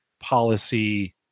policy